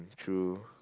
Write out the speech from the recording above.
true